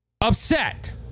upset